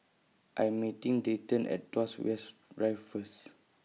I'm meeting Dayton At Tuas West Drive First